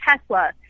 Tesla